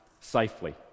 safely